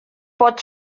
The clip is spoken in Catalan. pot